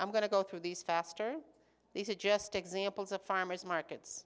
i'm going to go through these faster these are just examples of farmers markets